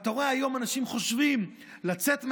ואתה רואה היום אנשים חושבים: לצאת מהעבודה?